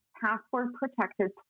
password-protected